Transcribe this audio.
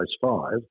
five